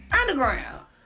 underground